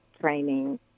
training